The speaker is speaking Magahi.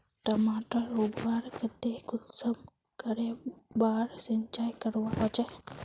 टमाटर उगवार केते कुंसम करे बार सिंचाई करवा होचए?